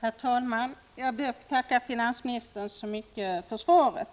Herr talman! Jag ber att få tacka finansministern så mycket för svaret.